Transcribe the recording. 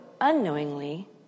unknowingly